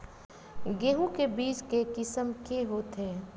गेहूं के बीज के किसम के होथे?